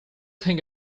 thing